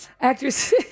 Actress